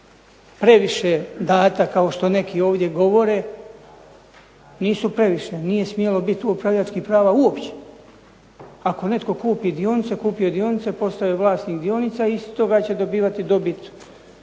previše data kao što neki ovdje govore, nisu previše, nije smjelo biti upravljačkih prava uopće. Ako netko kupi dionice, kupio je dionice, postao je vlasnik dionica i iz toga će dobivati dobit